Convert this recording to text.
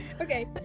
okay